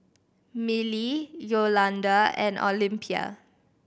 Milly Yolonda and Olympia